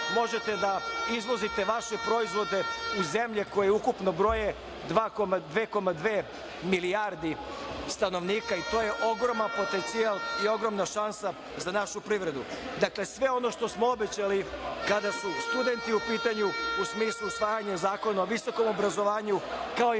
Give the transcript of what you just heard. možete da izvozite vaše proizvode u zemlje koje ukupno broje 2,2 milijarde stanovnika i to je ogroman potencijal i ogromna šansa za našu privredu. Dakle, sve ono što smo obećali kada su studenti u pitanju u smislu usvajanja Zakona o visokom obrazovanju, kao i